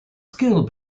skill